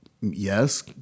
Yes